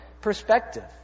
perspective